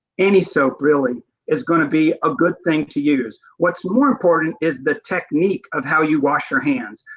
any soap really is going to be a good thing to use. what's more important is the technique of how you wash your hands,